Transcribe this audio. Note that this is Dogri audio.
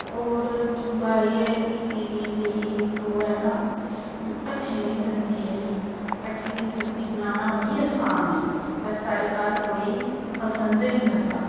होर दूआ एह् ऐ कि मेरी जेह्ड़ी इक ओह् ऐ ना भट्ठें दी सब्जी जेह्ड़ी भट्ठें दी सब्जी बनाना बड़ी आसान ऐ पर साढ़े घर कोई पसंद निं करदा